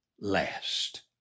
last